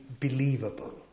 believable